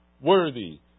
worthy